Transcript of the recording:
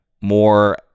more